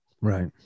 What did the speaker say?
Right